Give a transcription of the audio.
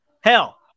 hell